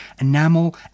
enamel